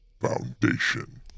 Foundation